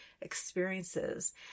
experiences